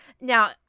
Now